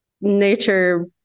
nature